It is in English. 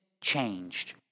changed